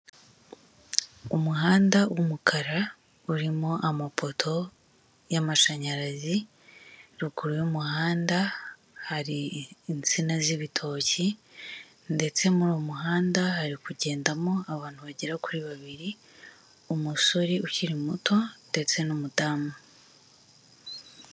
Akazu k'umuhondo gakorerwamo n'isosiyete y'itumanaho mu Rwanda ya emutiyene, harimo umugabo uhagaze witeguye guha serivisi abaza bamugana zirimo; kubitsa, kubikuza, cyangwa kohereza amafaranga.